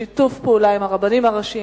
בשיתוף פעולה עם הרבנים הראשיים,